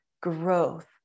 growth